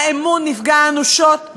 האמון נפגע אנושות,